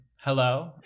hello